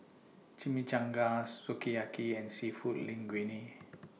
Chimichangas Sukiyaki and Seafood Linguine